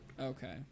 Okay